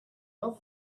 not